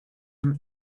him